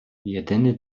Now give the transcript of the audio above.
jedyny